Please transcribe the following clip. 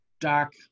Doc